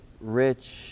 rich